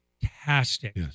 Fantastic